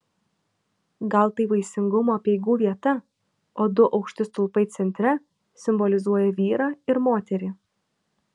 gal tai vaisingumo apeigų vieta o du aukšti stulpai centre simbolizuoja vyrą ir moterį